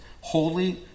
holy